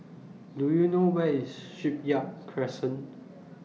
Do YOU know Where IS Shipyard Crescent